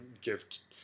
gift